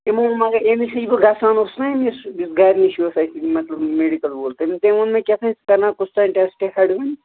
تِمو مگر أمِس نش بہٕ گژھان اوسُس نَہ أمِس یُس گَرِ نِش اوس اَسہِ مطلب مِڈِکل وول تم تٔمۍ ووٚن مےٚ کہتانۍ ژٕ کر ناو کُستانۍ ٹٮ۪سٹ ہٮ۪ڈوٕنۍ